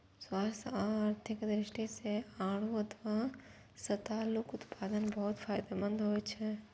स्वास्थ्य आ आर्थिक दृष्टि सं आड़ू अथवा सतालूक उत्पादन बहुत फायदेमंद होइ छै